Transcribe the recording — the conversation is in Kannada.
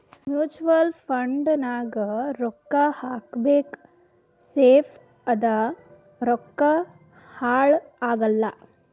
ಮೂಚುವಲ್ ಫಂಡ್ ನಾಗ್ ರೊಕ್ಕಾ ಹಾಕಬೇಕ ಸೇಫ್ ಅದ ರೊಕ್ಕಾ ಹಾಳ ಆಗಲ್ಲ